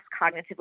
cognitively